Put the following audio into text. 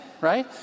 right